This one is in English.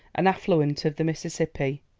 an affluent of the mississippi,